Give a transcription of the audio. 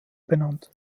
benannt